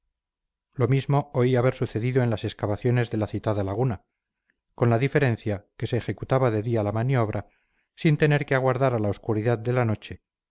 lo mismo oí haber sucedido en la excavaciones de la citada laguna con la diferencia que se ejecutaba de día la maniobra sin tener que aguardar a la oscuridad de la noche